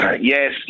yes